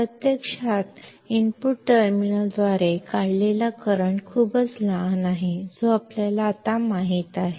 ವಾಸ್ತವದಲ್ಲಿ ಇನ್ಪುಟ್ ಟರ್ಮಿನಲ್ನಿಂದ draw current ತುಂಬಾ ಚಿಕ್ಕದಾಗಿದೆ ಅದು ಈಗ ನಮಗೆ ತಿಳಿದಿದೆ